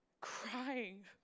crying